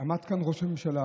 עמד כאן ראש ממשלה